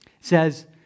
says